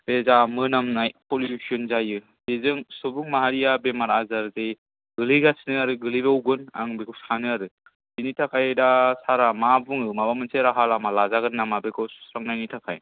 बे दा मोनामनाय पलिउसन जायो बेजों सुबुं माहारिया बेमार आजार गोलैगासिनो आरो गोलैबावगोन आं बेखौ सानो आरो बिनि थाखाय दा सारआ मा बुङो माबा मोनसे राहा लामा लाजागोन नामा बेखौ सुस्रांनायनि थाखाय